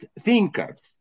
thinkers